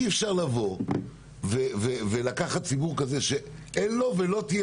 אי אפשר לקחת ציבור כזה שאין לו ולא תהיה